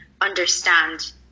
understand